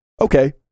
okay